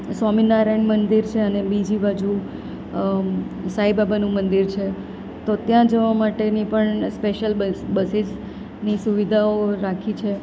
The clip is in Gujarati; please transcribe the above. સ્વામિનારાયણ મંદિર છે અને બીજી બાજુ સાઈબાબાનું મંદિર છે તો ત્યાં જવા માટેની પણ સ્પેશ્યલ બસ બસીસની સુવિધાઓ રાખી છે